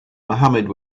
mohammad